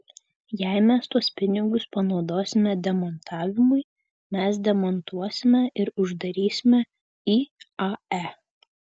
jei mes tuos pinigus panaudosime demontavimui mes demontuosime ir uždarysime iae